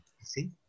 see